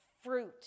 fruit